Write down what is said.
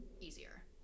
easier